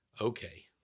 okay